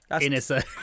innocent